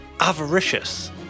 avaricious